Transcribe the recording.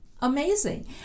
amazing